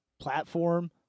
platform